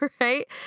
right